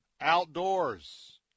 outdoors